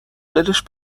دلش